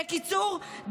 בקיצור,